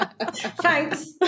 Thanks